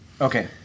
okay